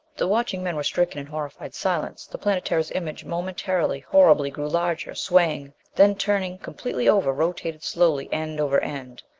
the watching men were stricken in horrified silence. the planetara's image momentarily, horribly, grew larger. swaying. then turning completely over, rotating slowly end over end.